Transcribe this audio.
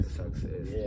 success